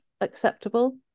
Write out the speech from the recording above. acceptable